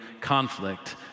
conflict